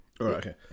okay